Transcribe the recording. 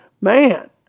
man